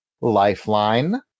Lifeline